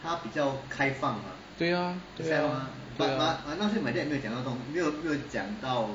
对啊对啊对啊